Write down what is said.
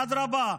אדרבה,